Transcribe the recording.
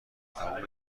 تموم